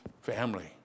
family